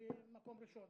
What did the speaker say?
מקום ראשון